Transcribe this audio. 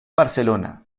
barcelona